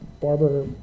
barber